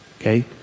okay